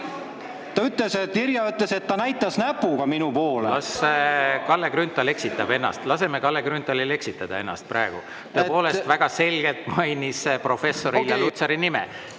saalist.) Irja ütles, et ta näitas näpuga tema poole. Las Kalle Grünthal eksitab ennast. Laseme Kalle Grünthalil eksitada ennast praegu. Tõepoolest, väga selgelt mainiti professor Irja Lutsari nime.